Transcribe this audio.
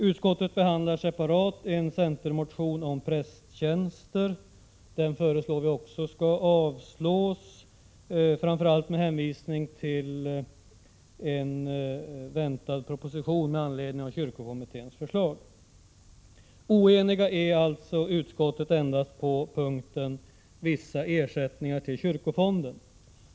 Utskottet behandlar separat en centermotion om prästtjänster. Vi föreslår att också denna skall avslås, framför allt med hänvisning till att en proposition väntas bli framlagd med anledning av kyrkokommitténs förslag. Utskottet är alltså oenigt endast under punkten Vissa ersättningar till kyrkofonden.